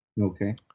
Okay